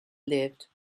lived